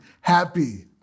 happy